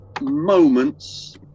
moments